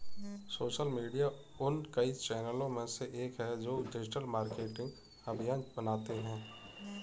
social media उन कई चैनलों में से एक है जो डिजिटल मार्केटिंग अभियान बनाते हैं